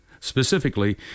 Specifically